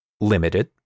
limited